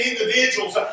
individuals